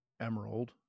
Emerald